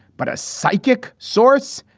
but a psychic source.